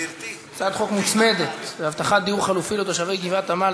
הצעת חוק מוצמדת להבטחת דיור חלופי לתושבי גבעת-עמל,